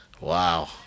Wow